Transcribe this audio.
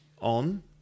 on